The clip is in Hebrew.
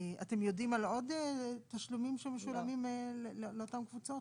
אתם יודעים על עוד תשלומים שמשולמים לאותן קבוצות